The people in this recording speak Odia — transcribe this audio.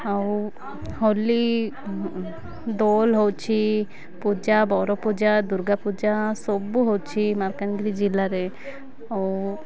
ଆଉ ହୋଲି ଦୋଳ ହେଉଛି ପୂଜା ବର ପୂଜା ଦୁର୍ଗା ପୂଜା ସବୁ ହେଉଛି ମାଲକାନଗିରି ଜିଲ୍ଲାରେ ଆଉ